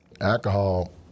alcohol